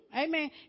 amen